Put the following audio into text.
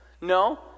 No